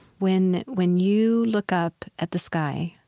when when you look up at the sky,